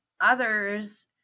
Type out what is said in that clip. others